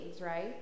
right